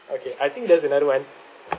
okay I think there's another one